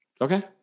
Okay